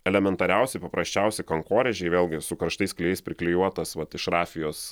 elementariausi paprasčiausi kankorėžiai vėlgi su karštais klijais priklijuotas vat iš rafijos